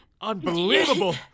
Unbelievable